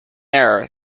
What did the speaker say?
error